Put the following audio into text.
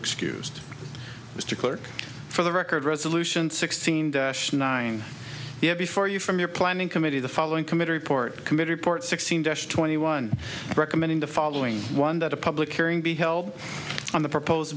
excuse mr clerk for the record resolution sixteen dash nine you have before you from your planning committee the following committee report committee report sixteen desh twenty one recommending the following one that a public hearing be held on the proposed